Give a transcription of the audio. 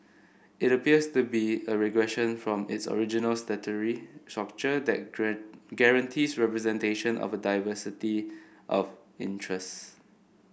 it appears to be a regression from its original statutory structure that guarantees representation of a diversity of interests